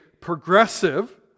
progressive